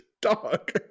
Dog